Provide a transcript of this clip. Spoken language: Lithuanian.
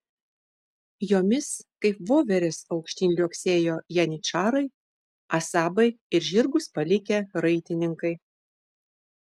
jomis kaip voverės aukštyn liuoksėjo janyčarai asabai ir žirgus palikę raitininkai